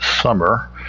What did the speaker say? summer